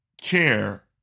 care